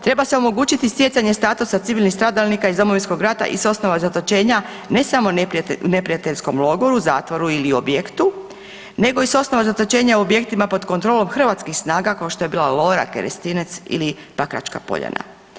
Treba se omogućiti sjecanje statusa civilnih stradalnika iz Domovinskog rata i s osnova zatočenja ne samo u neprijateljskom logoru, zatvoru ili objektu nego i s osnova zatočenja u objektima pod kontrolom hrvatskih snaga kao što je bila Lora, Kerestinec ili Pakračka poljana.